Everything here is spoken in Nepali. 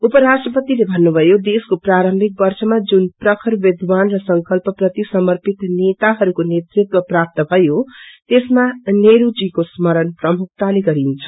उपराष्ट्रपतिले भन्नुभयो देशको प्रारम्भिक वर्षमा जुन प्रखर विद्वान र संकल्प प्रति समर्पित नेताहरूको नेतृत्व प्राप्त भयो त्यसमा नेहरूजीको स्मरण प्रमुखताले गरिन्छ